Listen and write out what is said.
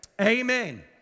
Amen